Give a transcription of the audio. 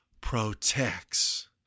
protects